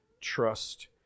trust